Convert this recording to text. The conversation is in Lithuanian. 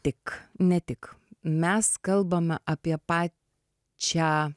tik ne tik mes kalbam apie pa čią